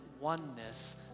oneness